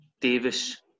Davis